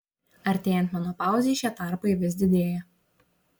artėjant menopauzei šie tarpai vis didėja